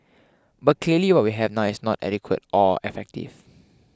but clearly what we have now is not adequate or effective